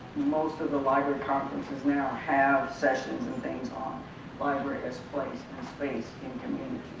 most of the library conferences now have sessions and things on library as place and space in communities,